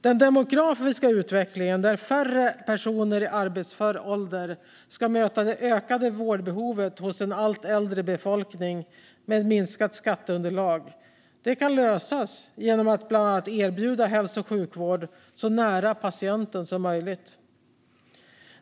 Den demografiska utvecklingen, där färre personer i arbetsför ålder ska möta det ökade vårdbehovet hos en allt äldre befolkning med minskat skatteunderlag, kan lösas genom att man bland annat erbjuder hälso och sjukvård så nära patienten som möjligt.